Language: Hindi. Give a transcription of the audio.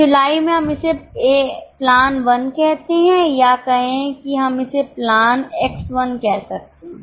तो जुलाई में हम इसे प्लान 1 कहते हैं या कहें कि हम इसे प्लान X 1 कह सकते हैं